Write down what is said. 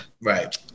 Right